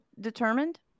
determined